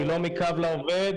אני לא מקו לעובד.